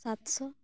ᱥᱟᱛ ᱥᱚ